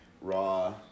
Raw